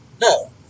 No